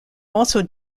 also